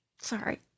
Sorry